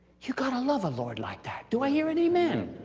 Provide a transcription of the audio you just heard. you've got to love a lord like that. do i hear an amen?